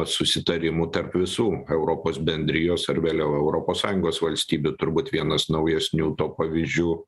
susitarimų tarp visų europos bendrijos ar vėliau europos sąjungos valstybių turbūt vienas naujesnių to pavyzdžių